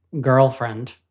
girlfriend